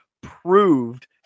proved